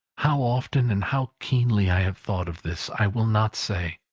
how often and how keenly i have thought of this, i will not say.